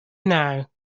now